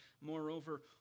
Moreover